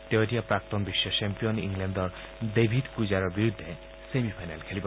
তেওঁ এতিয়া প্ৰাক্তন বিশ্ব চেম্পিয়ন ইংলেণ্ডৰ ডেভিড কুইজাৰৰ বিৰুদ্ধে ছেমি ফাইনেল খেলিব